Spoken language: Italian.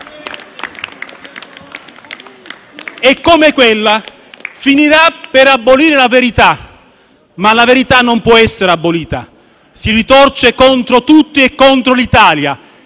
e, come tale, finirà per abolire la verità. Ma la verità non può essere abolita: si ritorce contro tutti e contro l'Italia